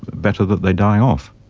better that they die off.